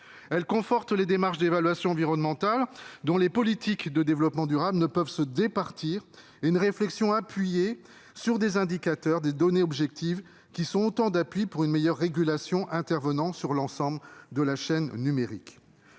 Elle conforte les démarches d'évaluation environnementale dont les politiques de développement durable ne peuvent se départir et une réflexion appuyée sur des indicateurs, des données objectives, qui permettent une meilleure régulation de l'ensemble de la chaîne numérique.